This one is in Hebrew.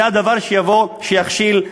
זה הדבר שיכשיל את,